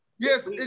Yes